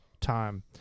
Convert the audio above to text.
time